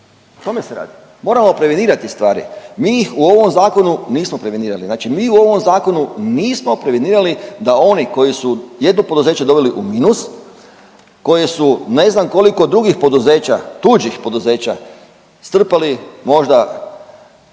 o tome se radi. Moramo prevenirati stvari, mi ih u ovom zakonu nismo prevenirali, znači mi u ovom zakonu nismo prevenirali da oni koji su jedno poduzeće doveli u minus koji su ne znam koliko drugih poduzeća, tuđih poduzeća, strpali možda